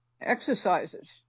exercises